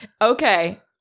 Okay